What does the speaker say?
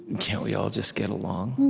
can't we all just get along?